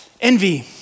Envy